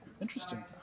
Interesting